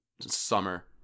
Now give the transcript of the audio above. summer